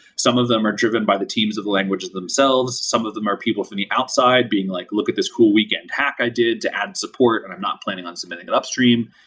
some of them are driven by the teams of language themselves. some of them are people from the outside being like, look at the cool weekend hack i did to add support, and i'm not planning on submitting it upstream.